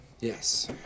Yes